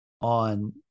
on